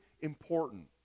important